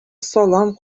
салам